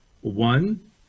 One